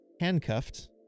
handcuffed